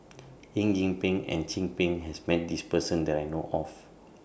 Eng Yee Peng and Chin Peng has Met This Person that I know of